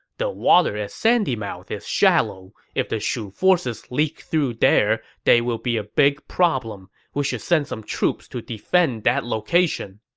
the water at sandymouth is shallow. if the shu forces leak through there, they will be a big problem. we should send some troops to defend that location.